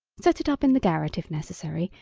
set it up in the garret, if necessary,